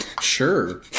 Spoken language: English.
Sure